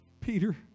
Peter